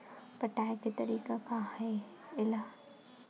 पटाय के तरीका का हे एला?